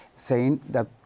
saying that,